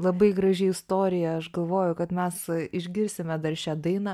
labai graži istorija aš galvoju kad mes išgirsime dar šią dainą